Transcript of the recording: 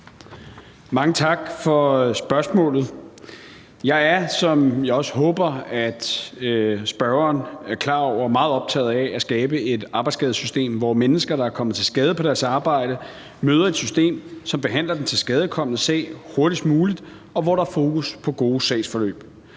Mange tak for spørgsmålet. Jeg er, som jeg også håber at spørgeren er klar over, meget optaget af at skabe et arbejdsskadesystem, hvor mennesker, der er kommet til skade på deres arbejde, møder et system, som behandler den tilskadekomnes sag hurtigst muligt, og hvor der er fokus på gode sagsforløb.